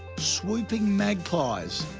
swooping magpies.